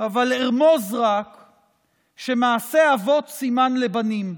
אבל רק ארמוז שמעשי אבות סימן לבנים,